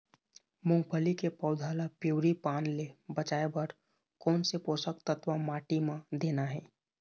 मुंगफली के पौधा ला पिवरी पान ले बचाए बर कोन से पोषक तत्व माटी म देना हे?